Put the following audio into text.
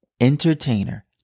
entertainer